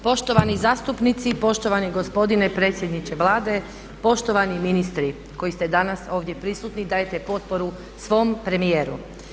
Poštovani zastupnici, poštovani gospodine predsjedniče Vlade, poštovani ministri koji ste danas ovdje prisutni dajte potporu svom premijeru.